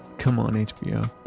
come on hbo,